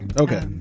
Okay